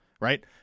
Right